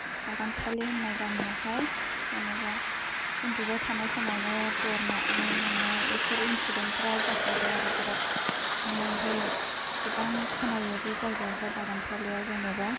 बागानसालि होननाय गामियाव हाय जेनोबा उन्दुबाय थानाय समावनो दर नारनाय मानाय एफोर इनसिदेन्सफ्रा जाखांबाय आरो बिराथ नो ओमफ्राय गोबां खोनायो बे जायगायाव हाय बागानसालियाव जेनोबा